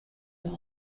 new